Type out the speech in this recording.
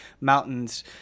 mountains